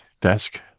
desk